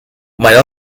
might